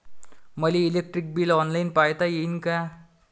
मले electric bill online पायता येईन का?